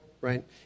right